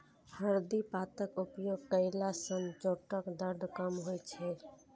हरदि पातक उपयोग कयला सं चोटक दर्द कम होइ छै